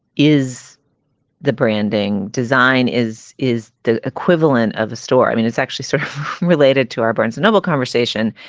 is the branding design is is the equivalent of a store? i mean, it's actually sort of related to our barnes noble conversation.